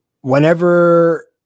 Whenever